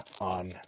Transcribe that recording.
on